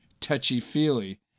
touchy-feely